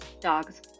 dogs